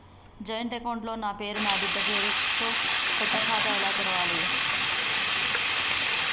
Joint account లో నా పేరు నా బిడ్డే పేరు తో కొత్త ఖాతా ఎలా తెరవాలి?